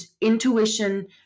intuition